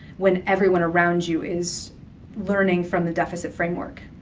when everyone around you is learning from the deficit framework.